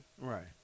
Right